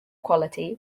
quality